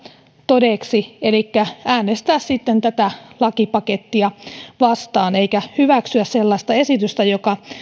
todeksi elikkä äänestää sitten tätä lakipakettia vastaan eikä hyväksyä sellaista esitystä joka